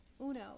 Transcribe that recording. uno